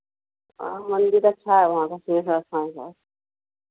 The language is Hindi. हाँ मंदिर अच्छा है वहाँ का सिंहेश्वर स्थान का